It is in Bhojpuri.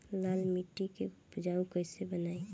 लाल मिट्टी के उपजाऊ कैसे बनाई?